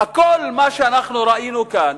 כל מה שאנחנו ראינו כאן,